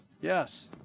Yes